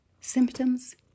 Symptoms